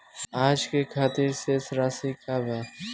आज के खातिर शेष राशि का बा?